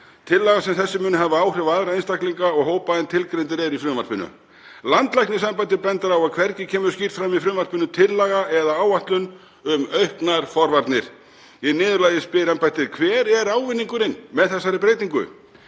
Tillaga sem þessi muni hafa áhrif á aðra einstaklinga og hópa en tilgreindir séu í frumvarpinu. Landlæknisembættið bendir á að í frumvarpinu komi hvergi skýrt fram tillaga eða áætlun um auknar forvarnir. Í niðurlagi spyr embættið: Hver er ávinningurinn með þessari breytingu?